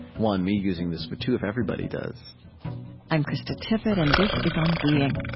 one, me using this, but two, if everybody does i'm krista tippett, and this is on being